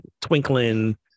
Twinkling